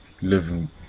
living